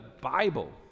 Bible